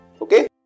Okay